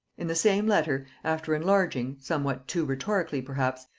in the same letter, after enlarging, somewhat too rhetorically perhaps,